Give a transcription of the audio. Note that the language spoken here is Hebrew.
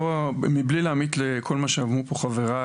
מבלי להעמיק לכל מה שאמרו פה חבריי,